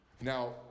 Now